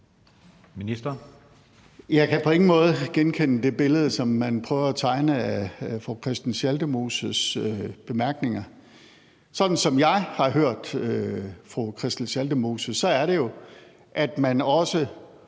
Jeg kan på ingen måde genkende det billede, som man prøver at tegne af fru Christel Schaldemoses bemærkninger. Sådan som jeg har hørt fru Christel Schaldemose, er det jo, at man også